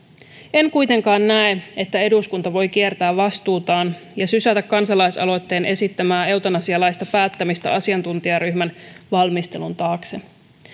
en kuitenkaan näe että eduskunta voi kiertää vastuutaan ja sysätä kansalaisaloitteen esittämää eutanasialaista päättämistä asiantuntijaryhmän valmistelun taakse